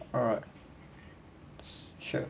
alright sure